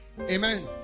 Amen